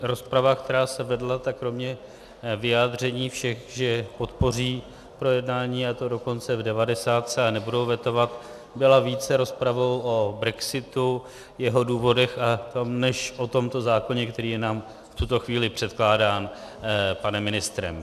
Rozprava, která se vedla, tak kromě vyjádření všech, že podpoří projednání, a to dokonce v devadesátce, a nebudou vetovat, byla více rozpravou o brexitu, jeho důvodech než o tomto zákoně, který je nám v tuto chvíli předkládán panem ministrem.